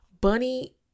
bunny